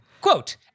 Quote